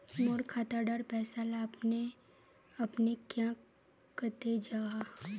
मोर खाता डार पैसा ला अपने अपने क्याँ कते जहा?